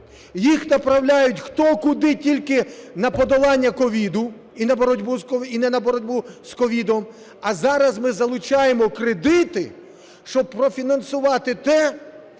їх направляють хто куди, тільки не на подолання COVID і не на боротьбу з COVID. А зараз ми залучаємо кредити, щоб профінансувати те,